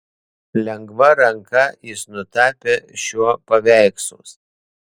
lengva ranka jis nutapė šiuo paveikslus